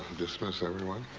dismiss everyone,